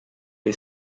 les